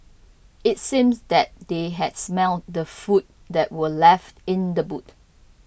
it seemed that they had smelt the food that were left in the boot